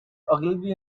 ogilvy